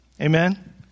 Amen